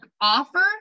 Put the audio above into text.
offer